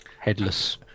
headless